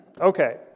Okay